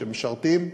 של משרתים שהשתחררו.